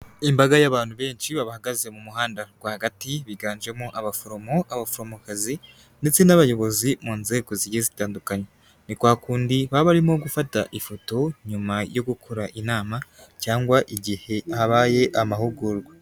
Imbaga y'abantu benshi bahagaze mu muhanda rwagati biganjemo abaforomo, abaforomokazi ndetse n'abayobozi mu nzego zigiye zitandukanye, ni kwa kundi baba barimo gufata ifoto nyuma yo gukora inama cyangwa igihe habaye amahugurwa.